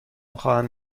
خواهم